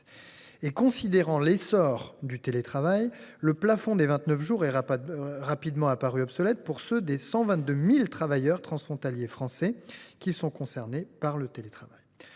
et considérant l’essor du télétravail, le plafond de 29 jours est rapidement apparu obsolète pour ceux des 122 000 travailleurs transfrontaliers français concernés par le télétravail.